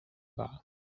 bar